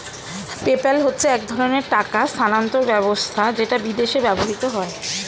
PayPal হচ্ছে এক ধরণের টাকা স্থানান্তর ব্যবস্থা যেটা বিদেশে ব্যবহৃত হয়